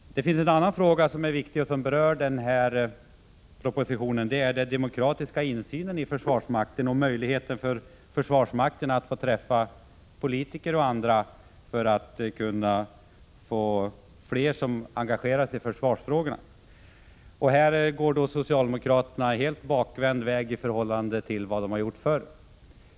Det finns en annan fråga som är viktig och som berörs i denna proposition. Det är den demokratiska insynen i försvarsmakten och möjligheten för försvarsmaktens representanter att få träffa politiker och andra för att det skall bli fler som engagerar sig i försvarsfrågorna. Här går då socialdemokraterna en helt bakvänd väg i förhållande till vad de gjort förr.